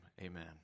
Amen